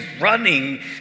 running